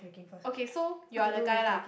okay so you are the guy lah